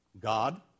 God